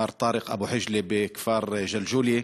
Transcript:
מר טארק אבו חג'לה, בכפר ג'לג'וליה,